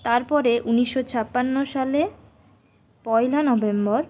তারপরে উনিশশো ছাপান্ন সালে পয়লা নভেম্বর